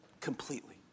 completely